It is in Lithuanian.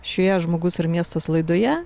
šioje žmogus ir miestas laidoje